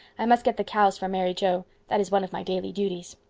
i must get the cows for mary joe. that is one of my daily duties.